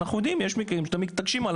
אנחנו יודעים שיש מקרים בהם אתם מתעקשים על